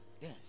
yes